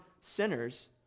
sinners